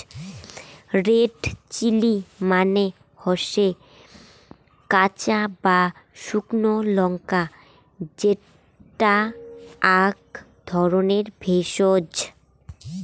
red chilli মানে হসে কাঁচা বা শুকনো লঙ্কা যেটা আক ধরণের ভেষজ